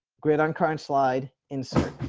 grid on current slide in. so